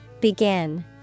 Begin